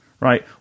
right